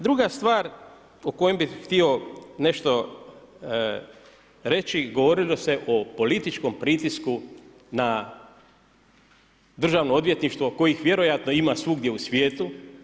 Druga stvar, o kojem bi htio nešto reći, govorilo se o političkom pritisku na državno odvjetništvo koji vjerojatno ima svugdje u svijetu.